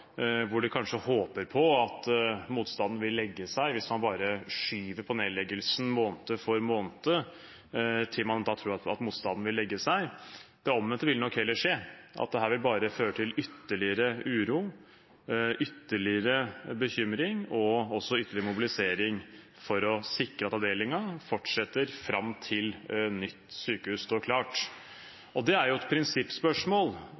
hvor de kanskje håper på at motstanden vil legge seg hvis man måned for måned bare skyver på nedleggelsen – at man da tror at motstanden vil legge seg. Det omvendte vil nok heller skje, at dette bare vil føre til ytterligere uro, ytterligere bekymring og også ytterligere mobilisering for å sikre at avdelingen fortsetter fram til nytt sykehus